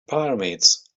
pyramids